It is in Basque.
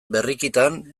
berrikitan